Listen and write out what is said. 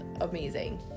amazing